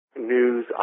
News